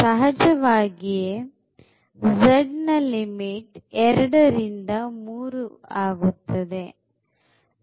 ಸಹಜವಾಗಿ z ನ limit 2 ರಿಂದ 3 ಆಗುತ್ತದೆ